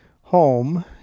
home